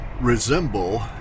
resemble